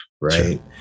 Right